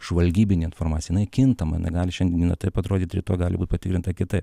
žvalgybinė informacija jinai kintama jinai gali šiandien taip atrodyti rytoj gali būt patikrinta kitaip